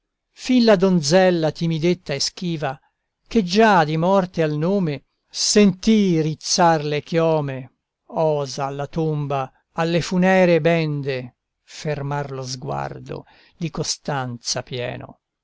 la donzella timidetta e schiva che già di morte al nome sentì rizzar le chiome osa alla tomba alle funeree bende fermar lo sguardo di costanza pieno